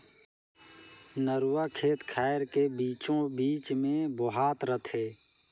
नरूवा खेत खायर के बीचों बीच मे बोहात रथे